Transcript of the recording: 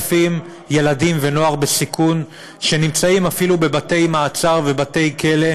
ל-7,000 ילדים ונוער בסיכון שנמצאים אפילו בבתי-מעצר ובתי-כלא,